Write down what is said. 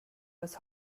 was